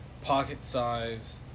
pocket-size